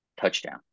touchdown